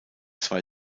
zwei